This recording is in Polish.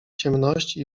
ciemności